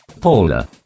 Paula